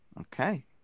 Okay